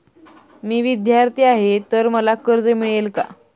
मी विद्यार्थी आहे तर मला कर्ज मिळेल का?